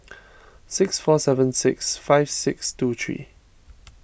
six four seven six five six two three